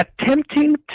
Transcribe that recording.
attempting